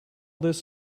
this